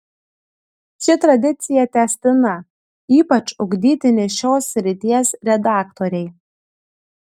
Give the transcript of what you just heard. ši tradicija tęstina ypač ugdytini šios srities redaktoriai